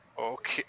Okay